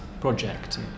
project